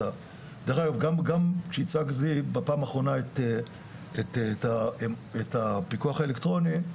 גם כשהצגתי בפעם האחרונה את הפיקוח האלקטרוני,